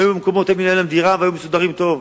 היה להם מקום, היתה להם דירה, והיו מסודרים טוב.